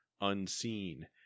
Unseen